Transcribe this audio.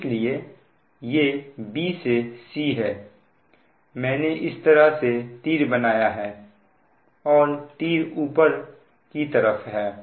इसलिए ये b से c है मैंने इस तरह से तीर बनाया है और तीर ऊपर की तरफ है